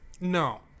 no